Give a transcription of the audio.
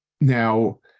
Now